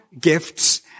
gifts